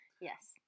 Yes